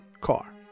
car